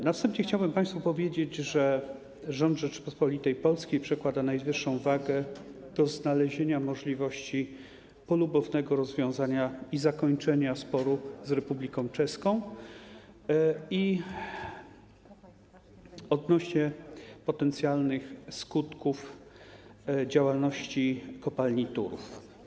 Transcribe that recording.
Na wstępie chciałbym państwu powiedzieć, że rząd Rzeczypospolitej Polskiej przykłada najwyższą wagę do znalezienia możliwości polubownego rozwiązania i zakończenia sporu z Republiką Czeską odnośnie do potencjalnych skutków działalności kopalni Turów.